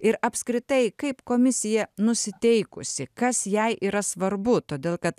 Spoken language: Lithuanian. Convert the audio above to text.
ir apskritai kaip komisija nusiteikusi kas jai yra svarbu todėl kad